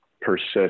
persist